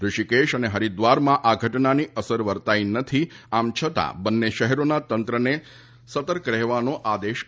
ઋષિકેશ અને હરિદ્વારમાં આ ઘટનાની અસર વર્તાઈ નથી આમ છતાં બંને શહેરોના તંત્રને સતર્ક રહેવાનો આદેશ અપાયો છે